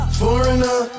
foreigner